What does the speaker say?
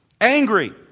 Angry